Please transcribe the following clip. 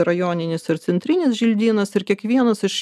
rajoninis ir centrinis želdynas ir kiekvienas iš